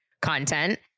content